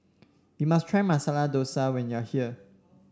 you must try Masala Dosa when you are here